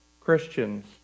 Christians